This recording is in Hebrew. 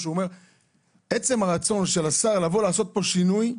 שעצם הרצון של השר לעשות פה שינוי,